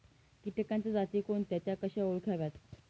किटकांच्या जाती कोणत्या? त्या कशा ओळखाव्यात?